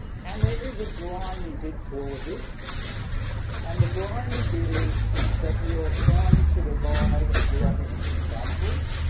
and there is a grimy bit to all of this and the grimy bit is that you're trying to divide the opposition councillors